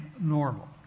normal